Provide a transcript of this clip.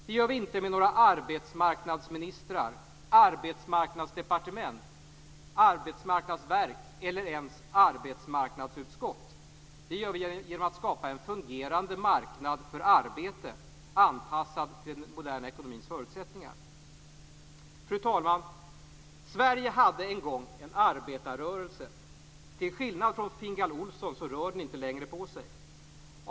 Det gör vi inte genom arbetsmarknadsministrar, arbetsmarknadsdepartement, arbetsmarknadsutskott eller arbetsmarknadsverk. Det gör vi genom att skapa en fungerande marknad för arbete, anpassad till den moderna ekonomins förutsättningar. Fru talman! Sverige hade en gång en arbetarrörelse. Till skillnad från Fingal Olsson rör den inte längre på sig.